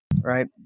right